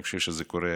אני חושב שזה קורה